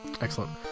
excellent